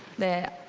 the